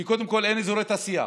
כי קודם כול אין אזורי תעשייה,